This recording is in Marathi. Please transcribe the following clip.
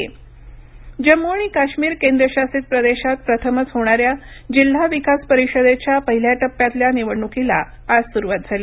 जम्म काश्मीर निवडणक जम्मू आणि काश्मीर केंद्रशासित प्रदेशात प्रथमच होणाऱ्या जिल्हा विकास परिषदेच्या पहिल्या टप्प्यातल्या निवडणुकीला आज सुरवात झाली